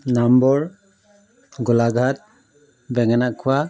number Golaghat বেঙেনাখোৱা